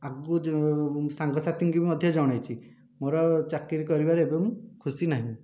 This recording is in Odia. ଆଗକୁ ସାଙ୍ଗସାଥିଙ୍କୁ ବି ମଧ୍ୟ ଜଣାଇଛି ମୋ'ର ଚାକିରି କରିବାରେ ଏବେ ମୁଁ ଖୁସି ନାହିଁ